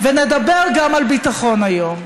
ונדבר גם על ביטחון היום.